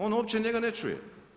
On uopće njega ne čuje.